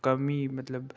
कमी मतलब